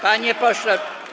Panie pośle.